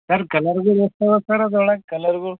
sir ಕಲರ್ಗಳು ಎಷ್ಟಿವೆ sir ಅದ್ರ ಒಳಗೆ ಕಲರ್ಗಳು